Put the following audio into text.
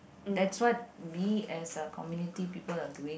that's what we as a community people are doing